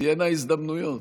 תהיינה הזדמנויות.